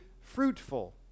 fruitful